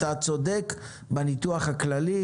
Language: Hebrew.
אתה צודק בניתוח הכללי,